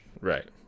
Right